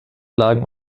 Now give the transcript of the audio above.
lagen